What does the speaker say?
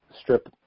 strip